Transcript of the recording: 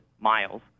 miles